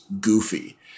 goofy